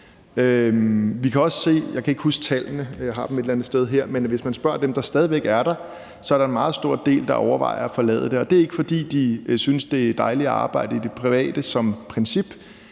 Vi kan også se – jeg kan ikke huske tallene; jeg har dem et eller andet sted her – at hvis man spørger dem, der stadig væk er i det offentlige, er der en meget stor del, der overvejer at forlade det. Og det er ikke, fordi de synes som princip, at det er dejligt arbejde i det private, men